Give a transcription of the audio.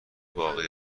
باقی